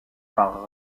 par